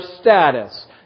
status